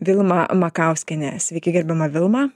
vilma makauskienė sveiki gerbiama vilma